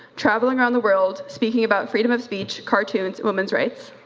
traveling around the world, speaking about freedom of speech, cartoons, women's rights.